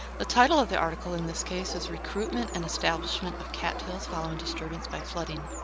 the title of the article in this case is, recruitment and establishment of cattails following disturbance by flooding.